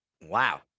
Wow